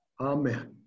Amen